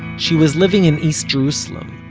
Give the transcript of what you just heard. she was living in east jerusalem,